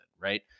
right